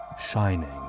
shining